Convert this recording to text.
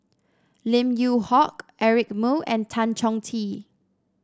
Lim Yew Hock Eric Moo and Tan Chong Tee